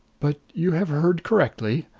but you have heard correctly.